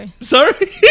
Sorry